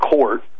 Court